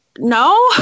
no